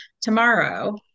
tomorrow